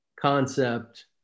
concept